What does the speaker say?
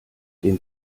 den